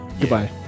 Goodbye